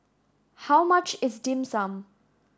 how much is Dim Sum